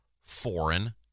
foreign